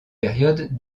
période